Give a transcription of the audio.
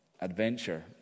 adventure